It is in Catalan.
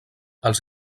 els